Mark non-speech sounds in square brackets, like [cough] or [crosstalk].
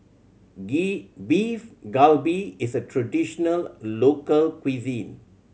[unintelligible] Beef Galbi is a traditional local cuisine